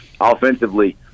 Offensively